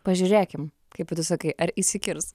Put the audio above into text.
pažiūrėkim kaip tu sakai ar įsikirs